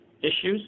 issues